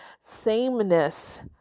sameness